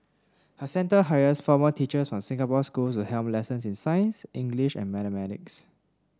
her centre hires former teachers from Singapore schools helm lessons in science English and mathematics